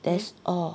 that's all